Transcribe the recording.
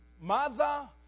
mother